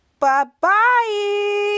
Bye-bye